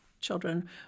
children